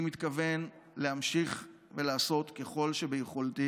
אני מתכוון להמשיך ולעשות כל שביכולתי